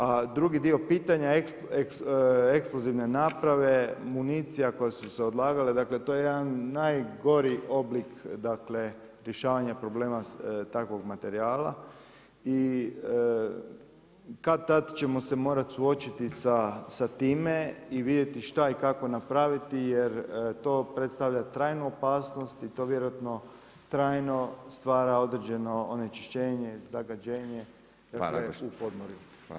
A drugi dio pitanja, eksplozivne naprave, municija koje su se odlagale, dakle to je jedan najgori oblik rješavanja problema takvog materijala i kad-tad ćemo se morati suočiti sa time i vidjeti šta i kako napraviti jer to predstavlja trajnu opasnost i to vjerojatno trajno stvara određeno onečišćenje, zagađenje u podmorju.